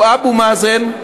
הוא אבו מאזן,